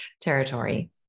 territory